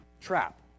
trap